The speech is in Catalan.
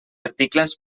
articles